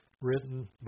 written